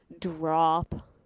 drop